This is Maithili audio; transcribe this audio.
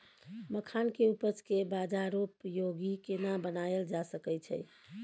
मखान के उपज के बाजारोपयोगी केना बनायल जा सकै छै?